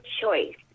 choice